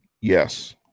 Yes